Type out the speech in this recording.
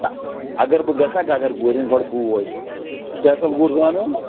اگر بہٕ گژھٕ نا گگر گورٮ۪ن گۄڈٕ بوز فیصل گوٗر زانہَن